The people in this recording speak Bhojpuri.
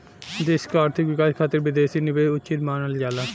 देश क आर्थिक विकास खातिर विदेशी निवेश उचित मानल जाला